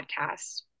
podcast